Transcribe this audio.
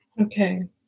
Okay